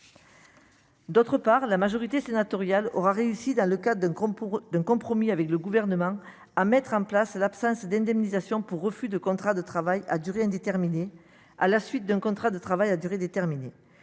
D'autre part, la majorité sénatoriale aura réussi dans le cadre de groupe pour d'un compromis avec le gouvernement à mettre en place l'absence d'indemnisation pour refus de contrat de travail à durée indéterminée à la suite d'un contrat de travail à durée déterminée